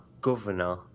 governor